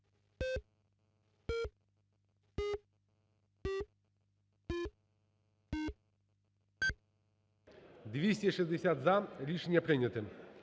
– за. Рішення прийняте.